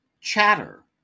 Chatter